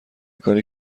کاری